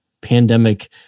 pandemic